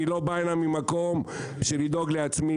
אני לא בא הנה ממקום לדאוג לעצמי.